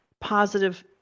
positive